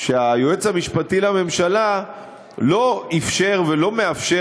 שהיועץ המשפטי לממשלה לא אפשר ולא מאפשר